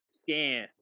scan